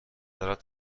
دارد